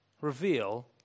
reveal